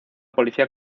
policía